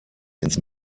ins